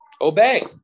obey